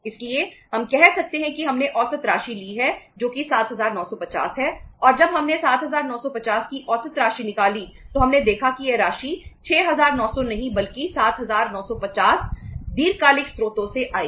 इसलिए हम कह सकते हैं कि हमने औसत राशि ली है जो कि 7950 है और जब हमने 7950 की औसत राशि निकाली तो हमने देखा कि यह राशि 6900 नहीं बल्कि 7950 दीर्घकालिक स्रोतों से आएगी